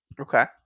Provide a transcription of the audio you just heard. Okay